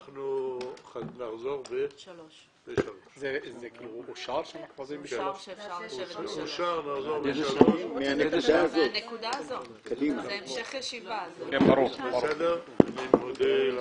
נחזור ונתכנס כאן בשעה 15:00. אני מודה לכם.